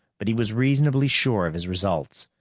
but he was reasonably sure of his results.